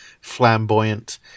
flamboyant